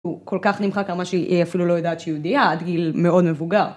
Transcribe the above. כל כך נמחקה מה שהיא אפילו לא יודעת שהיא יהודייה, עד גיל מאוד מבוגר.